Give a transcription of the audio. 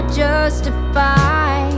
justify